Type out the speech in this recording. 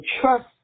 trust